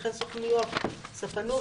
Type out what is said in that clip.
וכן סוכנויות ספנות,